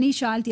אני שאלתי,